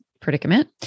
predicament